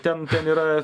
ten yra